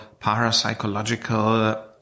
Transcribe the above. parapsychological